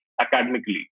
academically